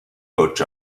coach